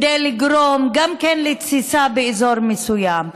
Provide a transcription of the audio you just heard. גם כדי לגרום לתסיסה באזור מסוים.